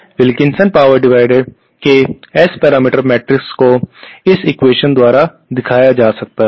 Wilkinson power dividend के S parameter matrix को इस एक्वेशन द्वारा दिया जा सकता है